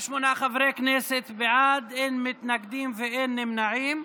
58 חברי כנסת בעד, אין מתנגדים ואין נמנעים.